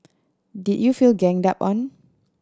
did you feel ganged up on